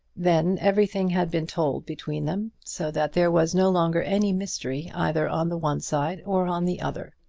then everything had been told between them, so that there was no longer any mystery either on the one side or on the other.